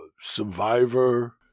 Survivor